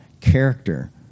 character